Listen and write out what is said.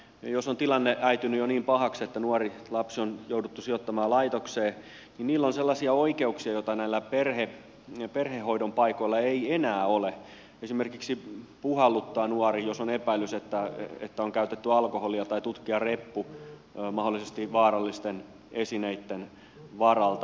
jos laitospaikoilla on tilanne äitynyt jo niin pahaksi että nuori tai lapsi on jouduttu sijoittamaan laitokseen niin niillä on sellaisia oikeuksia joita perhehoidon paikoilla ei enää ole esimerkiksi puhalluttaa nuori jos on epäilys että on käytetty alkoholia tai tutkia reppu mahdollisesti vaarallisten esineitten varalta